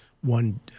one